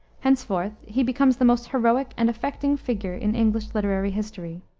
henceforth he becomes the most heroic and affecting figure in english literary history.